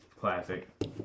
Classic